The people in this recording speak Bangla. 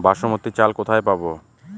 বাসমতী চাল কোথায় পাবো?